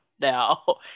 now